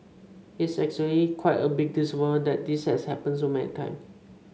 it's actually quite a big disappointment that this has happened so many time